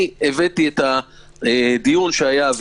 הבאתי את הדיון שהיה,